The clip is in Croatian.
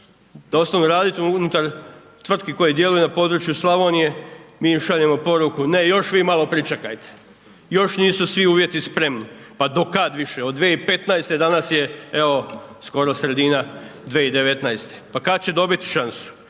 da ostanu radit unutar na području Slavonije, mi im šaljemo poruku ne, još vi malo pričekajte, još nisu svi uvjeti spremni, pa do kad više? Od 2015. do danas je evo skoro sredina 2019. Pa kad će dobiti šansu?